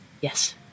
Yes